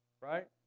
Right